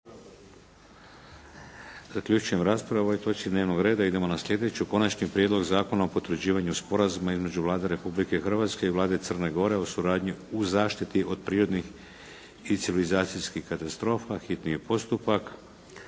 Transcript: **Šeks, Vladimir (HDZ)** Idemo na sljedeću: - Konačni prijedlog zakona o potvrđivanju Sporazuma između Vlade Republike Hrvatske i Vlade Crne Gore o suradnji u zaštiti od prirodnih i civilizacijskih katastrofa Raspravu su